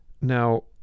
Now